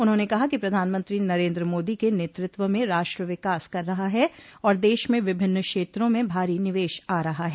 उन्होंने कहा कि प्रधानमंत्री नरेन्द्र मोदी के नेतृत्व में राष्ट्र विकास कर रहा है और देश में विभिन्न क्षेत्रों में भारी निवेश आ रहा है